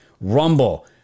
rumble